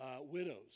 widows